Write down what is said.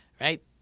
right